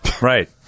Right